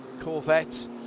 Corvette